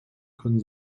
können